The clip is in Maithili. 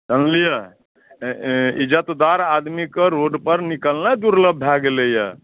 जानलियै इज़्ज़तदार आदमीके रोडपर निकलनाइ दुर्लभ भए गेलैए